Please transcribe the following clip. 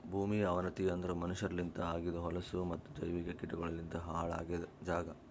ಭೂಮಿಯ ಅವನತಿ ಅಂದುರ್ ಮನಷ್ಯರಲಿಂತ್ ಆಗಿದ್ ಹೊಲಸು ಮತ್ತ ಜೈವಿಕ ಕೀಟಗೊಳಲಿಂತ್ ಹಾಳ್ ಆಗಿದ್ ಜಾಗ್